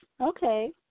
Okay